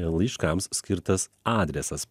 laiškams skirtas adresas